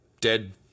dead